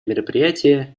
мероприятие